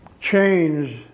change